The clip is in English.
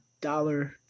dollar